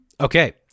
Okay